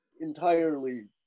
entirely